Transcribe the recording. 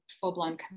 full-blown